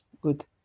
Good